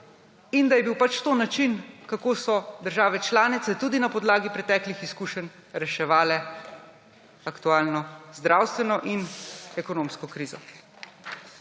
in da je bil to pač način, kako so države članice, tudi na podlagi preteklih izkušenj, reševale aktualno zdravstveno in ekonomsko krizo.